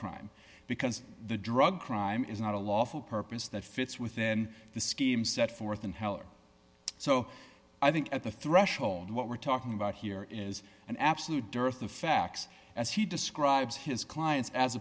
crime because the drug crime is not a lawful purpose that fits within the scheme set forth in heller so i think at the threshold what we're talking about here is an absolute dearth of facts as he describes his clients as